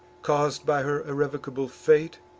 caus'd by her irrevocable fate,